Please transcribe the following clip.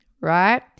right